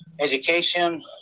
education